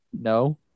No